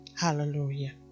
Hallelujah